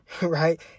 Right